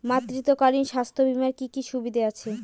মাতৃত্বকালীন স্বাস্থ্য বীমার কি কি সুবিধে আছে?